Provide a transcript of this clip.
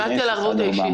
שאלתי על הערבות האישית.